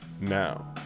now